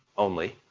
only,